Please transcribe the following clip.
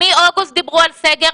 מאוגוסט דיברו על סגר.